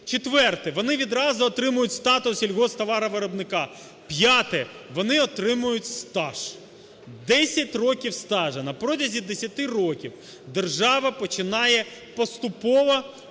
Четверте: вони відразу отримують статус сільгосптоваровиробника. П'яте: вони отримують стаж, 10 років стажу. На протязі 10 років держава починає поступово